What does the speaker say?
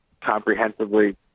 comprehensively